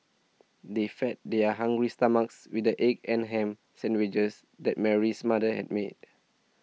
they fed their hungry stomachs with the egg and ham sandwiches that Mary's mother had made